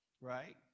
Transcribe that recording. right